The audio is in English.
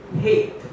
hate